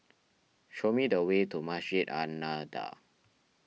show me the way to Masjid An Nahdhah